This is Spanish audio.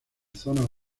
zonas